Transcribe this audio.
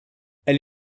elle